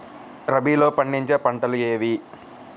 రబీలో పండించే పంటలు ఏవి?